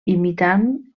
imitant